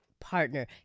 partner